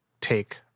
take